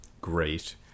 great